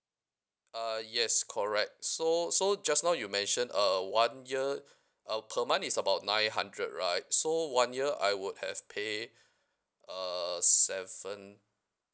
uh yes correct so so just now you mention uh one year uh per month is about nine hundred right so one year I would have pay uh seven